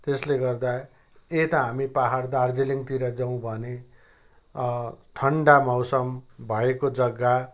त्यसले गर्दा यता हामी पहाड दार्जिलिङतिर जाउँ भने ठन्डा मौसम भएको जग्गा